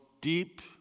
deep